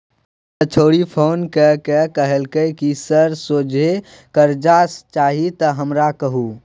एकटा छौड़ी फोन क कए कहलकै जे सर सोझे करजा चाही त हमरा कहु